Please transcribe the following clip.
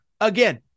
Again